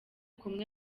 kumwe